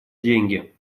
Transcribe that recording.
деньги